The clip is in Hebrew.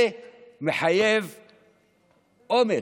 זה מחייב אומץ,